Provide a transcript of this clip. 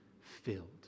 filled